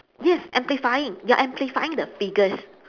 yes amplifying you're amplifying the figures